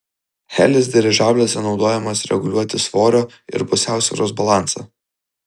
helis dirižabliuose naudojamas reguliuoti svorio ir pusiausvyros balansą